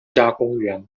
国家公园